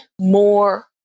more